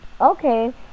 okay